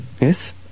Yes